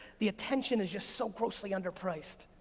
the attention is just so closely under priced,